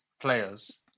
players